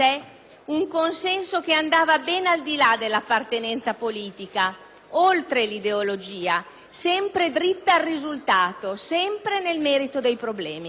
un consenso che andava ben al di là dell'appartenenza politica, oltre l'ideologia, sempre dritta al risultato, sempre nel merito dei problemi.